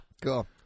Cool